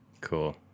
Cool